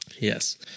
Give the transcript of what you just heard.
Yes